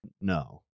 no